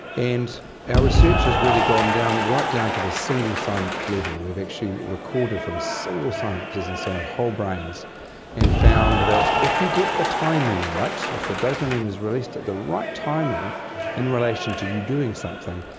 and ah research has really gone right down to the single synapse level. we've actually recorded from single synapses inside whole brains and found that if you get the timing right, if the dopamine is released at the right timing in relation to you doing something,